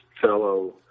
fellow